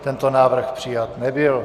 Tento návrh přijat nebyl.